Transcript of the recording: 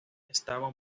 estaba